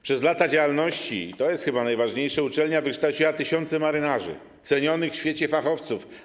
Przez lata działalności - i to jest chyba najważniejsze - uczelnia wykształciła tysiące marynarzy, cenionych w świecie fachowców.